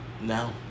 No